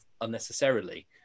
unnecessarily